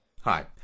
Hi